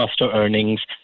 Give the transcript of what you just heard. earnings